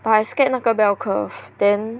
but I scared 那个 bell curve then